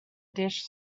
dish